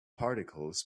particles